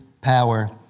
power